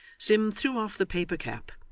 sim threw off the paper cap,